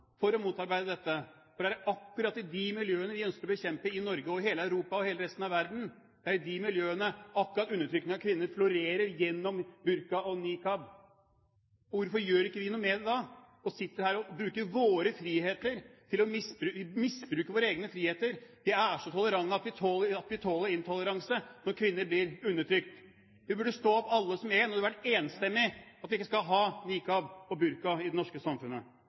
for å motarbeide dette. Det er akkurat i de miljøene vi ønsker å bekjempe i Norge, i hele Europa og i hele resten av verden, undertrykking av kvinner florerer gjennom burka og niqab. Hvorfor gjør ikke vi noe med det da, men sitter her og misbruker våre egne friheter? Vi er så tolerante at vi tåler intoleranse når kvinner blir undertrykt. Vi burde stå opp alle som én og sagt enstemmig at vi ikke skal ha niqab og burka i det norske samfunnet.